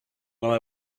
while